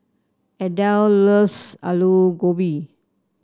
Adel loves Aloo Gobi